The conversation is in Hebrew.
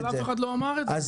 אבל אף אחד לא אמר את זה.